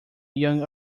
young